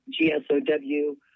G-S-O-W